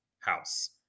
house